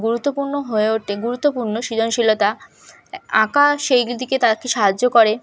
গুরুত্বপূর্ণ হয়ে ওঠে গুরুত্বপূর্ণ সৃজনশীলতা আঁকা সেই দিকে তাকে সাহায্য করে